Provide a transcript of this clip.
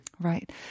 right